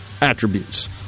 attributes